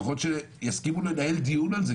לפחות שיסכימו לנהל דיון על זה.